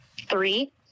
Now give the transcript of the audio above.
three